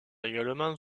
également